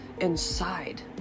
inside